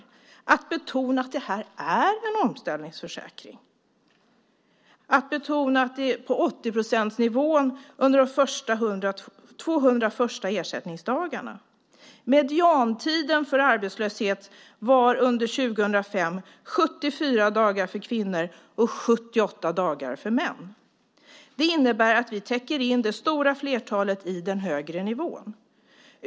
Vi vill betona att det är en omställningsförsäkring, där vi har kvar 80-procentsnivån de 200 första dagarna. Mediantiden för arbetslöshet var 74 dagar för kvinnor och 78 dagar för män under 2005. Det innebär att vi täcker in det stora flertalet i den högre nivån.